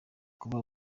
kuba